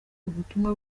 ubutumwa